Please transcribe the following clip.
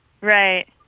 Right